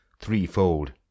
threefold